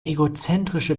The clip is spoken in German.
egozentrische